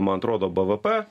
man atrodo bvp